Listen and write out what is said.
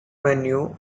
venue